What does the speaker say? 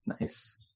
Nice